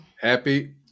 Happy